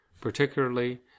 particularly